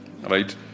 Right